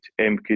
MK